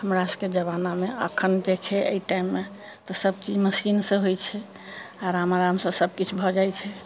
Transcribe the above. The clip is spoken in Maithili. हमरा सबके जमाना मे आब अखन जे छै एहि टाइममे तऽ सब चीज मशीन से होइ छै आराम आराम से सब किछु भऽ जाइ छै